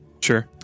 Sure